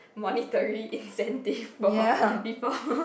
monetary incentive for people